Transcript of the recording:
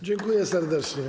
Dziękuję serdecznie.